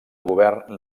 govern